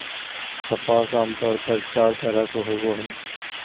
कपास आमतौर पर चार तरह के होवो हय